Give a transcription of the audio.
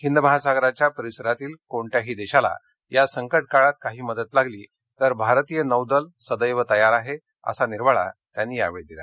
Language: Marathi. हिंद महासागराच्या परिसरातील कोणत्याही दक्षिला या संकटकाळात काही मदत लागली तर भारतीय नौदल सदक्षितयार आहक्रिसा निर्वाळा त्यांनी यावछी दिला